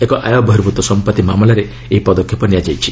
ଏକ ଆଆୟ ବହିର୍ଭ୍ତ ସମ୍ପତ୍ତି ମାମଲାରେ ଏହି ପଦକ୍ଷେପ ନିଆଯାଇଛି